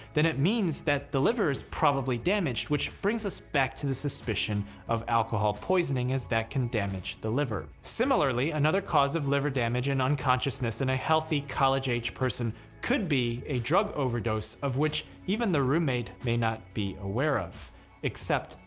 then it means the liver is probably damaged, which brings us back to the suspicion of alcohol poisoning as that can damage the liver. similarly, another cause of liver damage and unconsciousness in a healthy, college-aged person could be a drug overdose, of which even the roommate may not be aware. except,